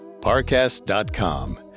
parcast.com